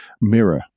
mirror